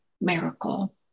miracle